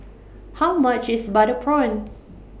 How much IS Butter Prawn